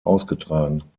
ausgetragen